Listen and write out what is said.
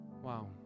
Wow